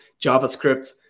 JavaScript